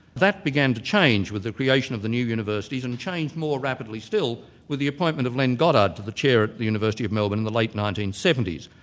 that began to change with the creation of the new universities, and changed more rapidly still with the appointment of len goddard to the chair at the university of melbourne in the late nineteen seventy s.